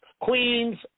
Queens